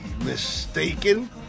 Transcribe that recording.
mistaken